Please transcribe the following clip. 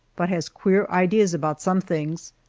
but has queer ideas about some things.